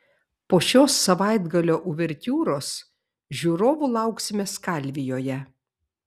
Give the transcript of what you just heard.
po šios savaitgalio uvertiūros žiūrovų lauksime skalvijoje